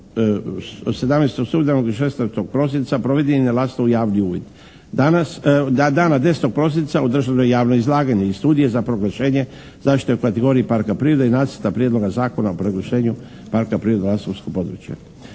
i 16. prosinca proveden je na Lastovu javni uvid, da dana 10. prosinca održano je javno izlaganje iz studije za proglašenje zaštite u kategoriji parka prirode i Nacrta prijedloga Zakona o proglašenju parka prirode za lastovsko područje.